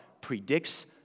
predicts